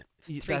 three